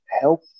help